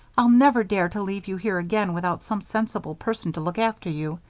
i'll never dare to leave you here again without some sensible person to look after you.